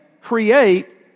create